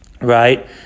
Right